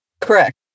Correct